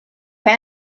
have